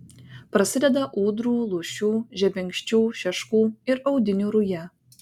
prasideda ūdrų lūšių žebenkščių šeškų ir audinių ruja